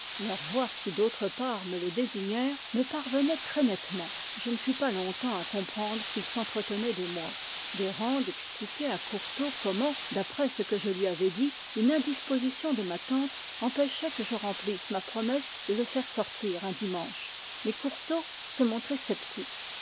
leurs voix qui d'autre part me les désignèrent me parvenaient très nettement je ne fus pas longtemps à comprendre qu'ils s'entretenaient de moi be reng expliquait à courtot comment d'après ce que je lui avais dit une indisposition de ma tante empêchait que je remplisse ma promesse de le faire sortir un dimanche mais courtot se montrait sceptique